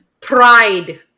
Pride